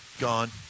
gone